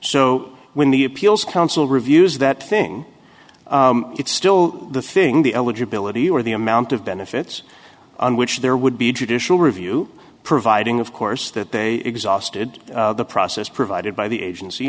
so when the appeals counsel reviews that thing it's still the thing the eligibility or the amount of benefits on which there would be judicial review providing of course that they exhausted the process provided by the agency